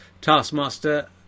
Taskmaster